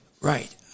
right